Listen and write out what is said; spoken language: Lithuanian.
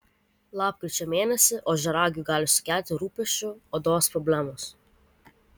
lapkričio mėnesį ožiaragiui gali sukelti rūpesčių odos problemos